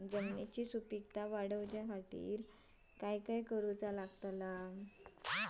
जमिनीची सुपीकता वाढवच्या खातीर काय करूचा?